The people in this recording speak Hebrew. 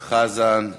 חזן,